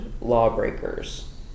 lawbreakers